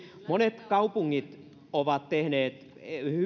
monet kaupungit ovat tehneet